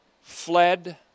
fled